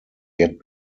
yet